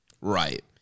Right